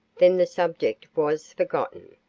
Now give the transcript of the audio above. then the subject was forgotten.